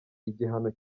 igihano